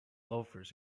loafers